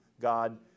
God